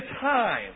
time